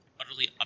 utterly